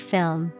Film